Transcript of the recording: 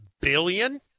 billion